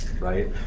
right